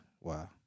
Wow